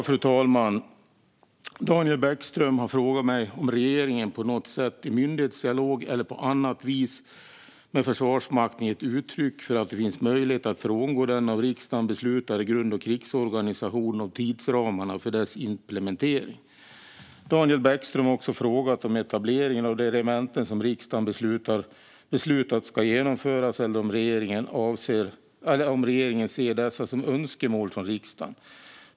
Fru talman! Daniel Bäckström har frågat mig om regeringen på något sätt i myndighetsdialog med Försvarsmakten eller på annat vis gett uttryck för att det finns möjlighet att frångå den av riksdagen beslutade grund och krigsorganisationen och tidsramarna för dess implementering. Daniel Bäckström har också frågat om etableringen av de regementen som riksdagen beslutat ska genomföras eller om regeringen ser detta som önskemål från riksdagen.